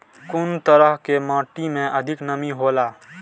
कुन तरह के माटी में अधिक नमी हौला?